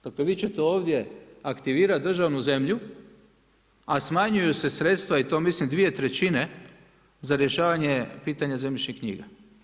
Dakle, vi ćete ovdje aktivirati državnu zemlju, a smanjuju se sredstva i to mislim 2/3 za rješavanje pitanja zemljišnih knjiga.